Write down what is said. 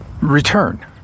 return